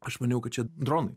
aš maniau kad čia dronai